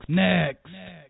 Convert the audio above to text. next